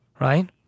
right